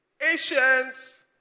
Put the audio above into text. Asians